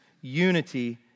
unity